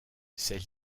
celle